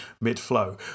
mid-flow